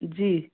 जी